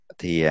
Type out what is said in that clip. thì